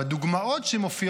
הדוגמאות שמופיעות,